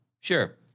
Sure